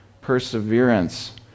perseverance